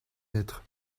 être